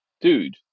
dude